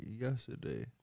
yesterday